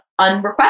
unrequested